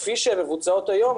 כפי שהן מבוצעות היום,